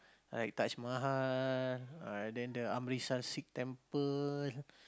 like Taj-Mahal right and the Amritsar temple